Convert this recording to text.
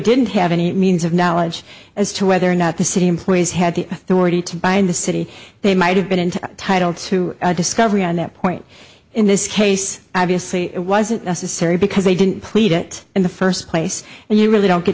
didn't have any means of knowledge as to whether or not the city employees had the authority to buy in the city they might have been into title to discovery on that point in this case obviously it wasn't necessary because they didn't plead it in the first place and you really don't get